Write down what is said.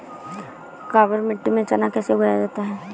काबर मिट्टी में चना कैसे उगाया जाता है?